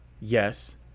Yes